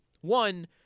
One